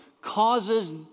causes